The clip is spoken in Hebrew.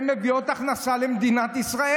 הן מביאות הכנסה למדינת ישראל.